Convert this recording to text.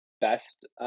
best